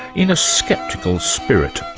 in a sceptical spirit.